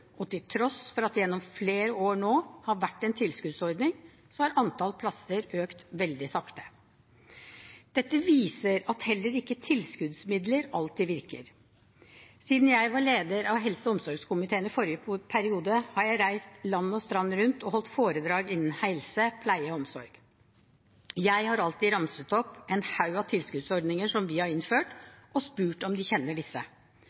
og til tross for at det gjennom flere år har vært en tilskuddsordning, har antall plasser økt veldig sakte. Dette viser at heller ikke tilskuddsmidler alltid virker. Siden jeg var leder av helse- og omsorgskomiteen i forrige periode, har jeg reist land og strand rundt og holdt foredrag innen helse, pleie og omsorg. Jeg har alltid ramset opp en haug av tilskuddsordninger som vi har innført, og spurt om de kjenner disse.